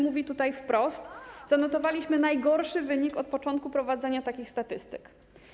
mówi tutaj wprost: zanotowaliśmy najgorszy wynik od początku prowadzenia takich statystyk.